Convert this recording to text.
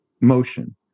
motion